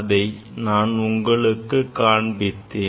அதைத்தான் உங்களுக்கு காண்பித்தேன்